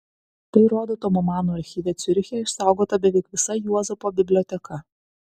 tai rodo tomo mano archyve ciuriche išsaugota beveik visa juozapo biblioteka